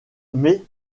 mais